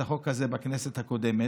את החוק הזה בכנסת הקודמת,